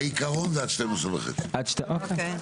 בעיקרון זה עד 12:30. אוקיי.